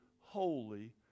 holy